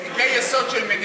בגלל שיש פה ערכי יסוד.